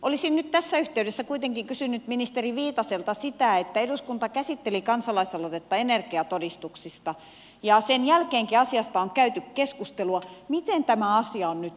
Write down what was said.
olisin nyt tässä yhteydessä kuitenkin kysynyt ministeri viitaselta sitä että kun eduskunta käsitteli kansalaisaloitetta energiatodistuksista ja sen jälkeenkin asiasta on käyty keskustelua miten tämä asia on nyt edennyt